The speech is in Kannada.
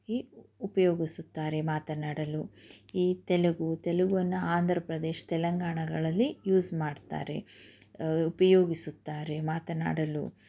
ಉಪಯೋಗಿಸುತ್ತಾರೆ ಮಾತನಾಡಲು ಈ ತೆಲುಗು ತೆಲುಗುವನ್ನ ಆಂಧ್ರ ಪ್ರದೇಶ ತೆಲಂಗಾಣಗಳಲ್ಲಿ ಯೂಸ್ ಮಾಡ್ತಾರೆ ಉಪಯೋಗಿಸುತ್ತಾರೆ ಮಾತನಾಡಲು